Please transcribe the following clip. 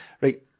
right